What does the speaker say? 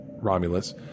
Romulus